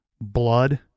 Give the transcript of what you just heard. blood